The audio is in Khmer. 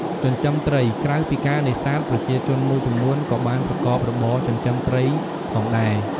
ចិញ្ចឹមត្រី ក្រៅពីការនេសាទ ប្រជាជនមួយចំនួនក៏បានប្រកបរបរ ចិញ្ចឹមត្រី ផងដែរ។